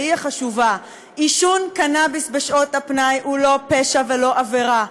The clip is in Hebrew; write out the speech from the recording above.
והיא החשובה: עישון קנאביס בשעות הפנאי הוא לא פשע ולא עבירה,